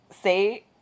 say